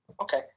Okay